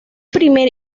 primer